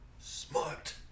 smart